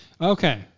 okay